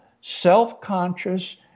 self-conscious